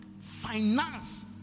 finance